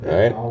Right